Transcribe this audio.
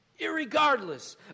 Irregardless